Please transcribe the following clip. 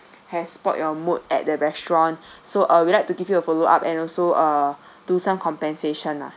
has spoiled your mood at the restaurant so uh we like to give you a follow up and also uh do some compensation lah